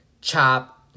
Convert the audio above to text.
Chop